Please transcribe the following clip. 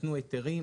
ויינתנו היתרים.